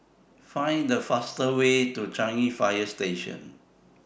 Find The fastest Way to Changi Fire Station